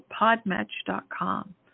Podmatch.com